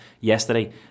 yesterday